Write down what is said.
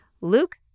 Luke